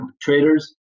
traders